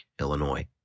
Illinois